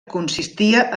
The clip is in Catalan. consistia